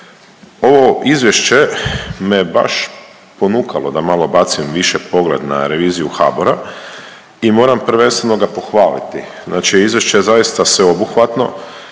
Ovo izvješće me baš ponukalo da malo bacim više pogled na reviziju HBOR-a i moram prvenstveno ga pohvaliti, znači izvješće je zaista sveobuhvatno,